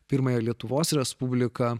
pirmąją lietuvos respubliką